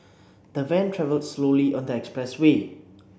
the van travelled slowly on the express way